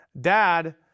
Dad